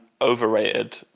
overrated